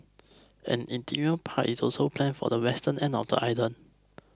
an interim park is also planned for the western end of the island